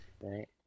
Right